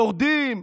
יורדים.